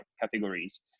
categories